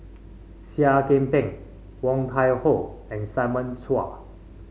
Seah Kian Peng Woon Tai Ho and Simon Chua